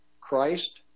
Christ